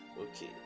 Okay